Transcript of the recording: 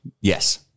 Yes